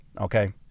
Okay